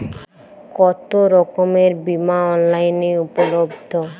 কতোরকমের বিমা অনলাইনে উপলব্ধ?